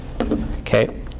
Okay